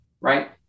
right